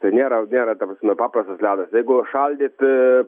tai nėra nėra taprasme paprastas ledas jeigu šaldyt